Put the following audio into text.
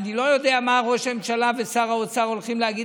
אני לא יודע מה ראש הממשלה ושר האוצר הולכים להגיד